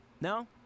No